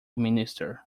minister